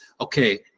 okay